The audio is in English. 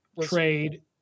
trade